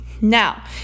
Now